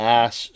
ass